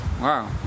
Wow